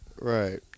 Right